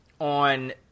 on